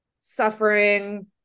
suffering